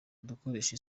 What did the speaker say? dukoresha